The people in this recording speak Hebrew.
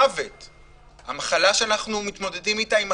איזו